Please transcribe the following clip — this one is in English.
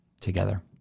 together